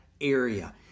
area